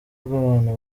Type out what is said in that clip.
rw’abantu